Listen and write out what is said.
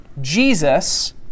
Jesus